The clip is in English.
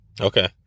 Okay